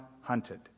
hunted